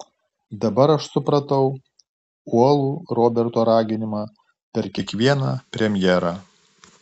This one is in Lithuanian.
dabar aš supratau uolų roberto raginimą per kiekvieną premjerą